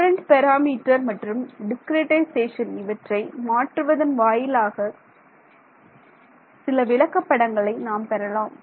current parameter மற்றும் discretization இவற்றை மாற்றுவதன் வாயிலாக சில விளக்கப் படங்களை நாம் பெறலாம்